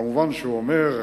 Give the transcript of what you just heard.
כמובן הוא אומר: